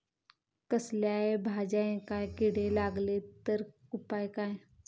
कसल्याय भाजायेंका किडे लागले तर उपाय काय?